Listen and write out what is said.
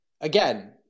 again